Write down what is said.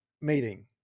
meeting